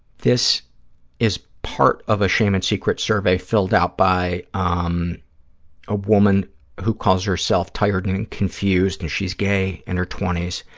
this is part of a shame and secrets survey filled out by ah um a woman who calls herself tired and and confused, and she's gay, in her twenty s,